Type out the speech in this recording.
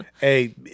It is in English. Hey